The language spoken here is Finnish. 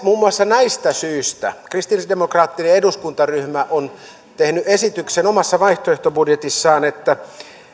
muun muassa näistä syistä kristillisdemokraattinen eduskuntaryhmä on tehnyt esityksen omassa vaihtoehtobudjetissaan että